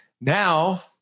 Now